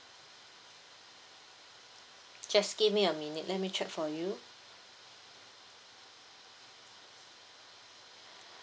just give me a minute let me check for you